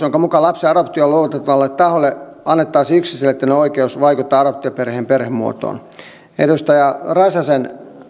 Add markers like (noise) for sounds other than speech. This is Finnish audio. (unintelligible) jonka mukaan lapsen adoptioon luovuttavalle taholle annettaisiin yksiselitteinen oikeus vaikuttaa adoptioperheen perhemuotoon edustaja räsäsen